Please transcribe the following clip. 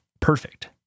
perfect